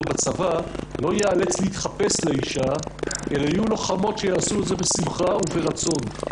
בצבא לא ייאלץ להתחפש לאישה אלא יהיו לוחמות שיעשו את זה בשמחה וברצון.